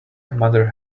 mother